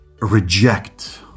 reject